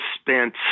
spent